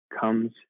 comes